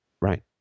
Right